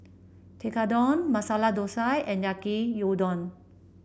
Tekkadon Masala Dosa and Yaki Udon